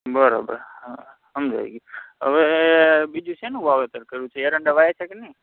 બરાબર સમજાઈ ગયું હવે બીજું શેનું વાવેતર કર્યું છે એરંડા વાવ્યા છે કે નહીં